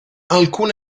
alcun